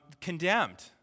condemned